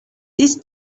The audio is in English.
this